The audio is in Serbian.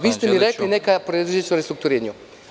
Vi ste mi rekli – neka preduzeća u restrukturiranju.